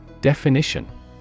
Definition